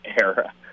era